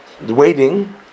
waiting